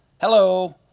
Hello